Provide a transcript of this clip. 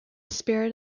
spirit